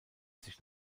sich